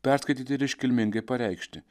perskaityti ir iškilmingai pareikšti